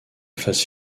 phase